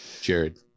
Jared